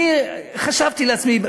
אני חשבתי לעצמי,